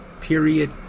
Period